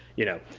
you know.